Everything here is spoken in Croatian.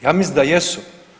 Ja mislim da jesu.